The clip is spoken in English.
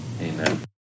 amen